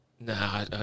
Nah